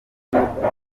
numvaga